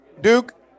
Duke